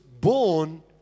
born